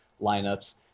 lineups